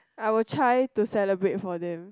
I will try to celebrate for them